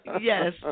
Yes